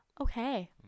Okay